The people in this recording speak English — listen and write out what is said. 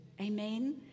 Amen